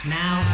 now